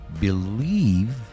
believe